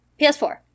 PS4